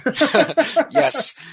Yes